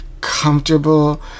comfortable